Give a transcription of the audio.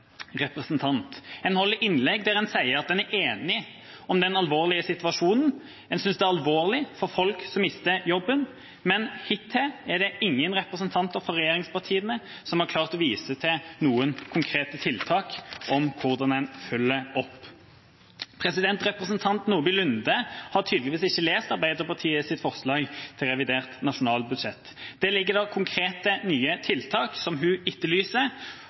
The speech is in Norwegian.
representant etter representant. En holder innlegg der en sier en er enige om den alvorlige situasjonen, en synes det er alvorlig for folk som mister jobben, men hittil er det ingen representanter fra regjeringspartiene som har klart å vise til noen konkrete tiltak om hvordan en følger opp. Representanten Nordby Lunde har tydeligvis ikke lest Arbeiderpartiets forslag til revidert nasjonalbudsjett. Der ligger det konkrete nye tiltak, som hun etterlyser,